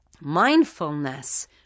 mindfulness